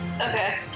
Okay